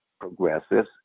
progresses